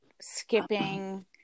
skipping